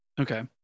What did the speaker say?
Okay